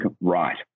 right